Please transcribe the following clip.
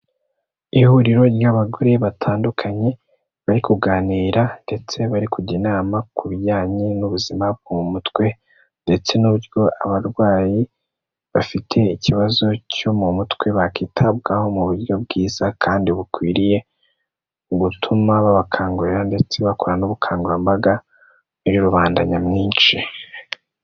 Ihuriro ry'abagore batandukanye, bari kuganira ndetse bari kujya inama ku bijyanye n'ubuzima bwo mu mutwe, ndetse n'uburyo abarwayi bafite ikibazo cyo mu mutwe bakitabwaho mu buryo bwiza kandi bukwiriye, butuma babakangurira ndetse bakora n'ubukangurambaga muri rubanda nyamwinshi.